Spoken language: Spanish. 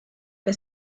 que